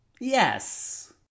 Yes